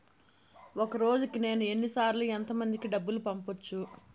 ఒక రోజుకి నేను ఎన్ని సార్లు ఎంత మందికి డబ్బులు పంపొచ్చు?